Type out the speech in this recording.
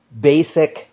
basic